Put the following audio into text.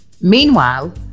Meanwhile